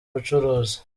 bucuruzi